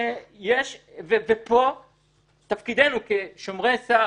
פה זה תפקידנו כשומרי סף,